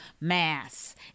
mass